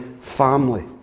family